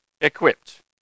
equipped